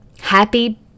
happy